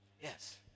Yes